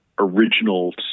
original